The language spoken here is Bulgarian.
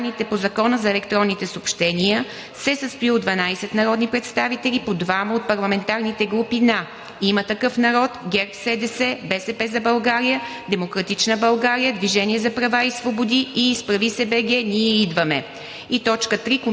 и достъпа до данните по Закона за електронните съобщения се състои от 12 народни представители по 2 от парламентарните групи на „Има такъв народ“, ГЕРБ-СДС, „БСП за България“, „Демократична България“, „Движение за права и свободи“, и „Изправи се БГ! Ние идваме!“.